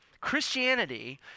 Christianity